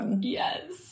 Yes